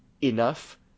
enough